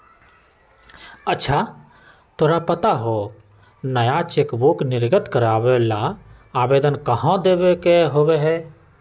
अच्छा तोरा पता हाउ नया चेकबुक निर्गत करावे ला आवेदन कहाँ देवे के होबा हई?